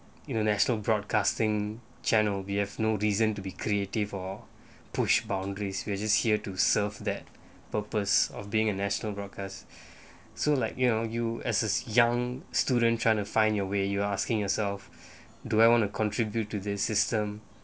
you know national broadcasting channel we have no reason to be creative for push boundaries we are just here to serve that purpose of being a national broadcast so like you know you as a young student trying to find your way you are asking yourself do I want to contribute to the system